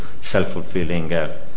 self-fulfilling